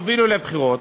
הובילו לבחירות